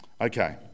Okay